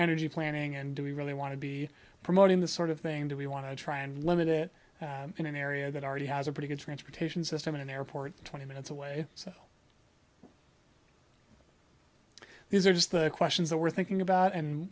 energy planning and do we really want to be promoting this sort of thing do we want to try and limit it in an area that already has a pretty good transportation system in an airport twenty minutes away so these are just the questions that we're thinking about and